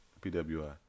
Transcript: PwI